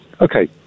okay